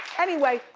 anyway,